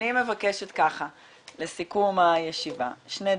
אני מבקשת לסיכום הישיבה שני דברים.